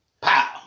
pow